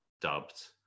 dubbed